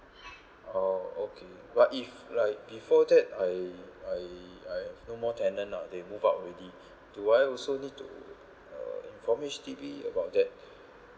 oh okay what if like before that I I I have no more tenant ah they move out already do I also need to uh inform H_D_B about that